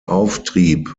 auftrieb